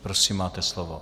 Prosím, máte slovo.